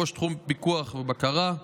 ראש תחום פיקוח ובקרה,